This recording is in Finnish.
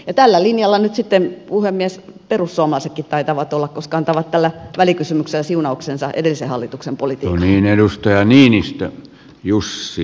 tällä linjalla nyt sitten puhemies perussuomalaisetkin taitavat olla koska antavat tällä välikysymyksellä siunauksensa edellisen hallituksen politiikalle